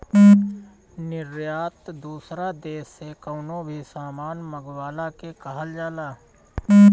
निर्यात दूसरा देस से कवनो भी सामान मंगवला के कहल जाला